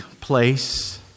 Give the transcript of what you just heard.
place